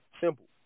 Simple